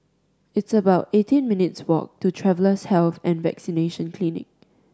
it's about eighteen minutes walk to Travellers Health and Vaccination Clinic